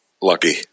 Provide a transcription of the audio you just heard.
lucky